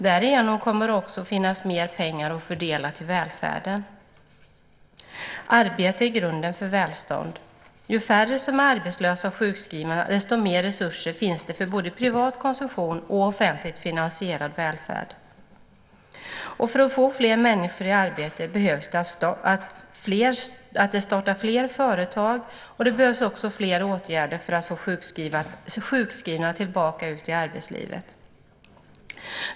Därigenom kommer det också att finnas mer pengar att fördela till välfärden. Arbete är grunden för välstånd. Ju färre som är arbetslösa och sjukskrivna, desto mer resurser finns det för både privat konsumtion och offentligt finansierad välfärd. För att få fler människor i arbete behöver fler företag startas och det behövs fler åtgärder för att få sjukskrivna tillbaka i arbetslivet.